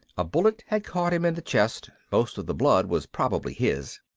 a bullet had caught him in the chest, most of the blood was probably his.